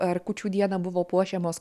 ar kūčių dieną buvo puošiamos